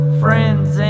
friends